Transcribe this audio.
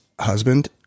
husband